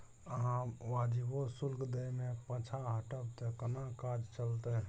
अहाँ वाजिबो शुल्क दै मे पाँछा हटब त कोना काज चलतै